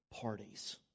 parties